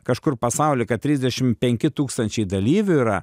kažkur pasauly kad trisdešim penki tūkstančiai dalyvių yra